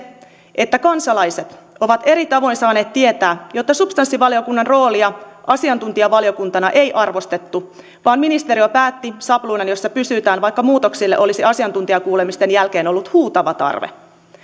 että kansalaiset ovat eri tavoin saaneet tietää että substanssivaliokunnan roolia asiantuntijavaliokuntana ei arvostettu vaan ministeriö päätti sapluunan jossa pysytään vaikka muutoksille olisi asiantuntijakuulemisten jälkeen ollut huutava tarve